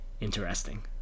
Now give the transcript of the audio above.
interesting